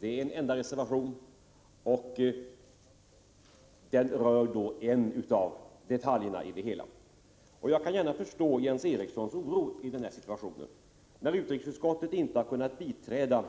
Det finns en enda reservation, och den rör en av detaljerna i det hela. Jag kan lätt förstå Jens Erikssons oro i den här situationen. Att utrikesutskottet inte har kunnat biträda